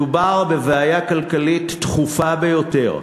מדובר בבעיה כלכלית דחופה ביותר,